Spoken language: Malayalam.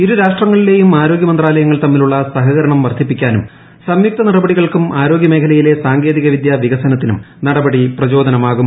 ഇരു രാഷ്ട്രങ്ങളിലെയും ആരോഗൃ മന്ത്രാലയങ്ങൾ തമ്മിലുള്ള സഹകരണം വർദ്ധിപ്പിക്കാനും സംയുക്ത നടപടികൾക്കും ആരോഗ്യമേഖലയിലെ സാങ്കേതികവിദ്യ വികസനത്തിനും നടപടി പ്രചോദ്യന്മേക്കും